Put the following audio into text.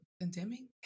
condemning